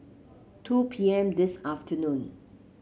two P M this afternoon